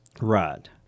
Right